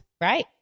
Right